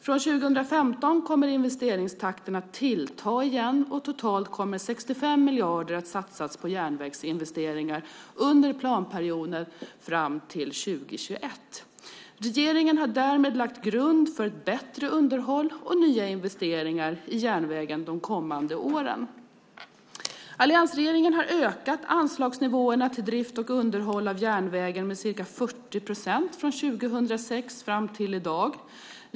Från 2015 kommer investeringstakten att tillta igen, och totalt kommer 65 miljarder att satsas på järnvägsinvesteringar under planperioden fram till 2021. Regeringen har därmed lagt grunden för ett bättre underhåll och nya investeringar i järnvägen de kommande åren. Alliansregeringen har ökat anslagsnivåerna till drift och underhåll av järnvägen med ca 40 procent från 2006 fram till i dag.